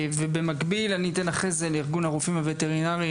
ובמקביל אני אתן אחר כך לארגון הרופאים הווטרינרים